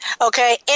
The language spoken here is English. Okay